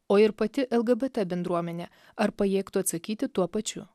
o ir pati lgbt bendruomenė ar pajėgtų atsakyti tuo pačiu